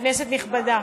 כנסת נכבדה,